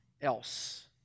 else